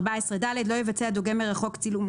הוראות לדוגם מרחוק לעניין צילום